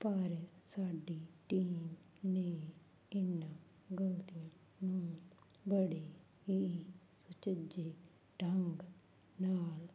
ਪਰ ਸਾਡੀ ਟੀਮ ਨੇ ਇਹਨਾਂ ਗਲਤੀਆਂ ਨੂੰ ਬੜੇ ਹੀ ਸੁਚੱਜੇ ਢੰਗ ਨਾਲ